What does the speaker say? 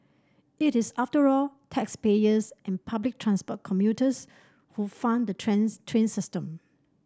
it is after all taxpayers and public transport commuters who fund the train system